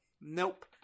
nope